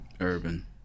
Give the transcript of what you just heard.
Urban